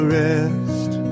rest